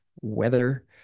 weather